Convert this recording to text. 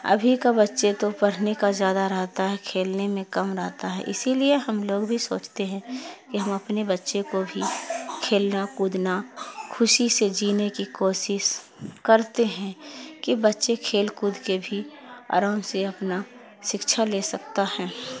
ابھی کا بچے تو پرھنے کا زیادہ رہتا ہے کھیلنے میں کم رہتا ہے اسی لیے ہم لوگ بھی سوچتے ہیں کہ ہم اپنے بچے کو بھی کھیلنا کودنا خوشی سے جینے کی کوشش کرتے ہیں کہ بچے کھیل کود کے بھی آرام سے اپنا سکچھا لے سکتا ہیں